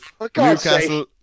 Newcastle